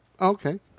Okay